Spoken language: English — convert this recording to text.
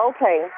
Okay